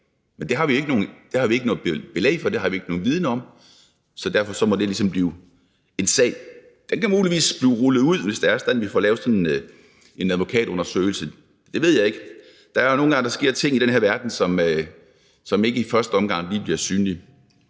Men det har vi ikke noget belæg for, og det har vi ikke nogen viden om, så derfor må det ligesom blive en sag. Den kan muligvis blive rullet ud, hvis det er sådan, at vi får lavet en advokatundersøgelse; det ved jeg ikke. Der er jo nogle gange, der sker ting i den her verden, som ikke i første omgang lige bliver synlige,